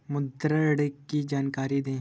मुद्रा ऋण की जानकारी दें?